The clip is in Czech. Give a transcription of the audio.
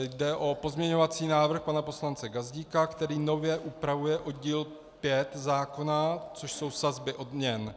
Jde o pozměňovací návrh pana poslance Gazdíka, který nově upravuje oddíl 5 zákona, což jsou sazby odměn.